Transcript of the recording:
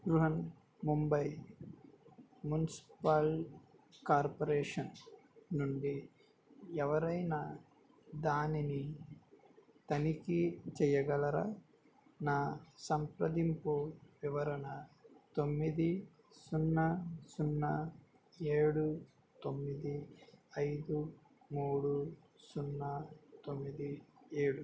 Brihan Mumbai municipal corporation నుండి ఎవరైనా దానిని తనిఖీ చెయ్యగలరా నా సంప్రదింపు వివరణ తొమ్మిది సున్నా సున్నా ఏడు తొమ్మిది ఐదు మూడు సున్నా తొమ్మిది ఏడు